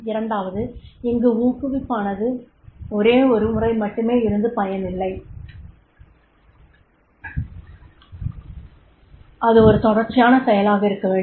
இரண்டாவது இந்த ஊக்குவிப்பானது ஒரே ஒரு முறை மட்டுமே இருந்து பலனில்லை அது ஒரு தொடர்ச்சியான செயலாக இருக்கவேண்டும்